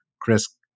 Chris